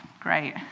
Great